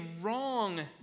wrong